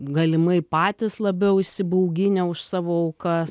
galimai patys labiau įsibauginę už savo aukas